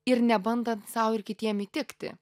ir nebandant sau ir kitiem įtikti